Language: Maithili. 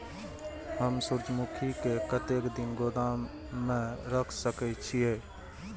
हम सूर्यमुखी के कतेक दिन गोदाम में रख सके छिए?